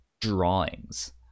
drawings